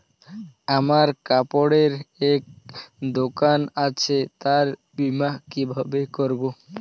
আমার কাপড়ের এক দোকান আছে তার বীমা কিভাবে করবো?